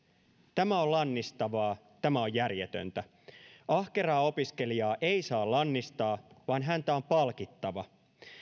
tämä on lannistavaa tämä on järjetöntä ahkeraa opiskelijaa ei saa lannistaa vaan häntä on palkittava